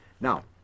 Now